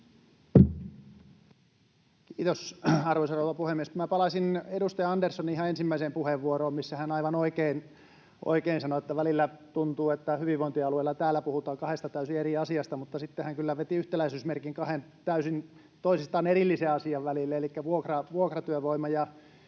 Kiitos, arvoisa rouva puhemies! Minä palaisin edustaja Anderssonin ihan ensimmäiseen puheenvuoroon, missä hän aivan oikein sanoi, että välillä tuntuu, että hyvinvointialueiden kohdalla täällä puhutaan kahdesta täysin eri asiasta, mutta sitten hän kyllä veti yhtäläisyysmerkin kahden täysin toisistaan erillisen asian välille elikkä vuokratyövoiman ja